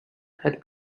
had